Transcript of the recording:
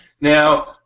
Now